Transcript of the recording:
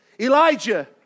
Elijah